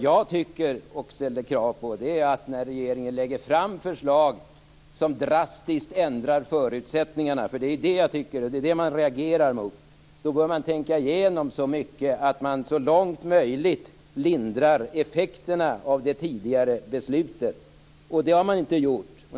När regeringen lägger fram förslag som drastiskt ändrar förutsättningarna bör man tänka igenom dem så mycket att man så långt möjligt lindrar effekterna av tidigare beslut. Det är detta jag ställer krav på. Det har man inte gjort.